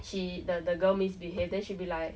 she the the girl misbehave then she'll be like